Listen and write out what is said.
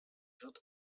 wird